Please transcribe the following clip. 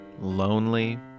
lonely